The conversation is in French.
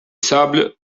sable